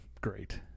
great